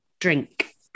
drink